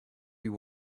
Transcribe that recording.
you